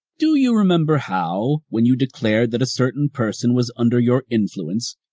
do you remember how, when you declared that a certain person was under your influence,